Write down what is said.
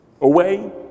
away